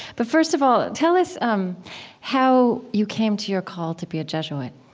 but first of all, tell us um how you came to your call to be a jesuit